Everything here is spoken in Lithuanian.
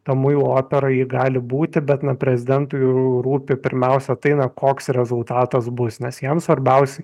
ta muilo opera ji gali būti bet na prezidentui rūpi pirmiausia tai na koks rezultatas bus nes jam svarbiausiai